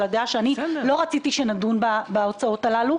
הדעה שאני לא רציתי שנדון בהוצאות הללו.